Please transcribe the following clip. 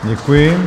Děkuji.